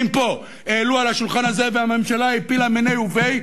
פה העלו על השולחן הזה והממשלה הפילה מיניה וביה,